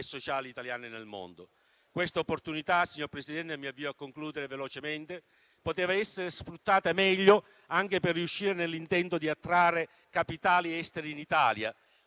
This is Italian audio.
e sociali italiane nel mondo. Questa opportunità, signor Presidente, poteva essere sfruttata meglio anche per riuscire nell'intento di attrarre capitali esteri in Italia,